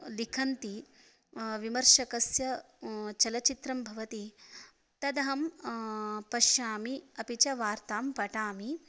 लिखन्ति विमर्शकस्य चलचित्रं भवति तदहं पश्यामि अपि च वार्तां पठामि